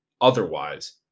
Otherwise